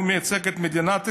הוא מייצג את מדינת ישראל?